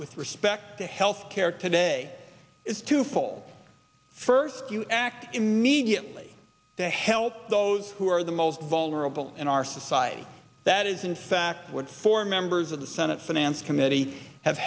with respect to health care today is twofold first you act immediately to help those who are the most vulnerable in our society that is in fact what four members of the senate finance committee have